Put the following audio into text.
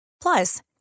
Plus